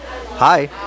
Hi